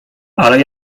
ale